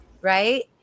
right